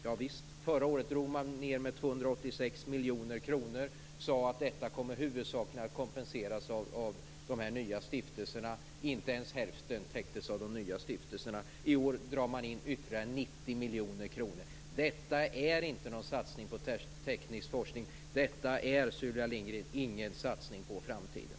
Javisst, förra året drog man ned med 286 miljoner kronor och sade att det huvudsakligen kommer att kompenseras av de nya stiftelserna. Inte ens hälften täcktes av de nya stiftelserna. I år drar man in ytterligare 90 miljoner kronor. Detta är inte någon satsning på teknisk forskning. Detta är ingen satsning på framtiden.